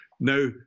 Now